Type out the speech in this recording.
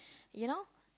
you know